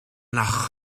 nach